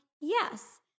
yes